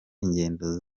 ingendo